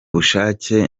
bushake